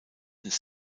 ins